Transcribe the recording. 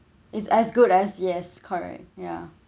it's as good as yes correct ya